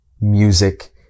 music